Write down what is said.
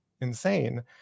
insane